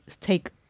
take